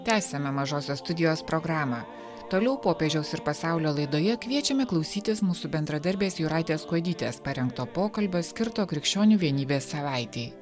tęsiame mažosios studijos programą toliau popiežiaus ir pasaulio laidoje kviečiame klausytis mūsų bendradarbės jūratės kuodytės parengto pokalbio skirto krikščionių vienybės savaitei